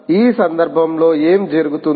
ఈ సందర్భంలో ఏమి జరుగుతుంది